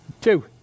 Two